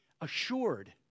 assured